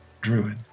druid